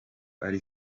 ari